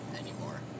anymore